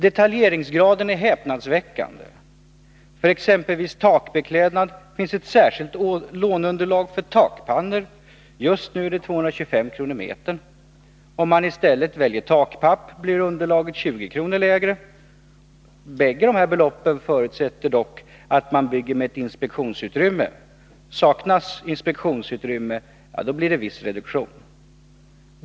Detaljeringsgraden är häpnadsväckande. För exempelvis takbeklädnad finns ett särskilt låneunderlag för takpannor. Just nu är det 225 kr. per kvadratmeter. Om man i stället väljer takpapp blir underlaget 20 kr. lägre. Bägge beloppen förutsätter dock att man bygger med ett inspektionsutrymme. Saknas inspektionsutrymme blir det viss reduktion.